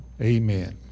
Amen